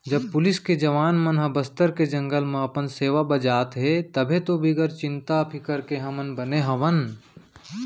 जब पुलिस के जवान मन ह बस्तर के जंगल म अपन सेवा बजात हें तभे तो बिगर चिंता फिकर के हमन बने हवन